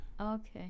Okay